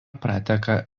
prateka